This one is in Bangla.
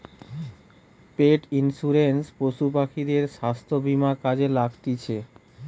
পেট ইন্সুরেন্স পশু পাখিদের স্বাস্থ্য বীমা কাজে লাগতিছে